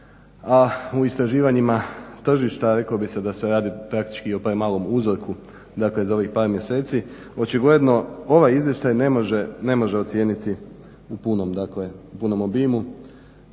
a u istraživanjima tržišta reklo bi se da se radi praktički o premalom uzorku dakle za ovih par mjeseci. Očigledno ovaj izvještaj ne može ocijeniti u punom dakle